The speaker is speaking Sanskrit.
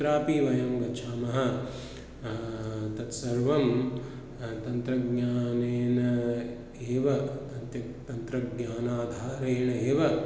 कुत्रापि वयं गच्छामः तत्सर्वं तन्त्रज्ञानेन एव तन्त्र् तन्त्रज्ञानाधारेण एव